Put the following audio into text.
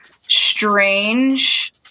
strange